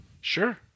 Sure